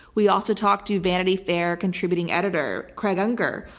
we also talked to vanity fair contributing editor craig unger,